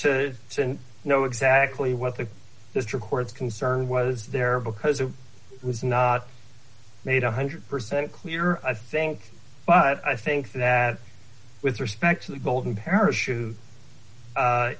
to know exactly what the district court's concern was there because it was not made one hundred percent clear i think but i think that with respect to the golden parachute